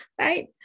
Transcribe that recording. right